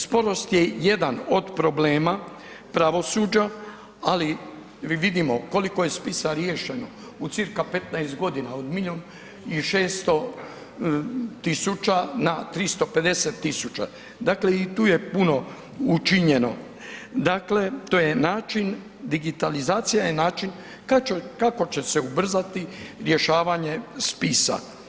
Sporost je jedan od problema pravosuđa, ali mi vidimo koliko je spisa riješeno u cca od milijun i 600 tisuća na 350.000 dakle i tu je puno učinjeno, dakle digitalizacija je način kako će se ubrzati rješavanje spisa.